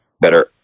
better